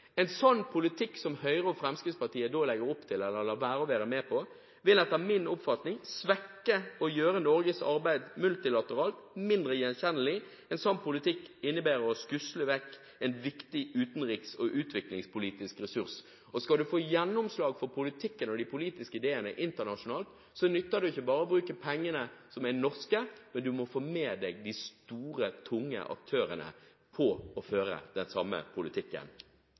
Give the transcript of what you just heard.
En sånn politikk som Høyre og Fremskrittspartiet legger opp til – eller lar være å være med på – vil etter min oppfatning svekke og gjøre Norges arbeid multilateralt mindre gjenkjennelig. En sånn politikk innebærer å skusle vekk en viktig utenriks- og utviklingspolitisk ressurs. Skal man få gjennomslag for politikken og de politiske ideene internasjonalt, nytter det ikke bare å bruke pengene som er norske. Man må få med seg de store, tunge aktørene på å føre den samme politikken.